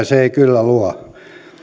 se ei kyllä luo